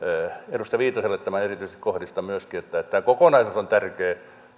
edustaja viitaselle tämän erityisesti kohdistan myöskin että tämä kokonaisuus on tärkeä